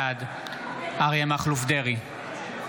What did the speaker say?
בעד אריה מכלוף דרעי,